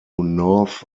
north